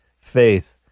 faith